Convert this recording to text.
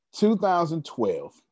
2012